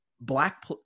black